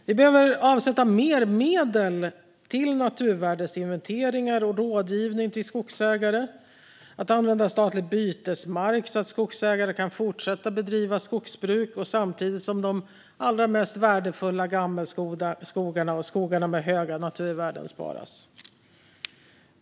Vi behöver avsätta mer medel till naturvärdesinventeringar och rådgivning till skogsägare och använda statlig bytesmark, så att skogsägare kan fortsätta bedriva skogsbruk samtidigt som de allra mest värdefulla gammelskogarna och skogarna med höga naturvärden sparas.